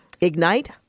IGNITE